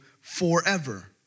forever